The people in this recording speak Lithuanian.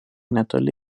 netoli